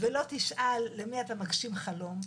ולא תשאל למי אתה מגשים חלום,